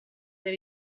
del